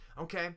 Okay